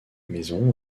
maison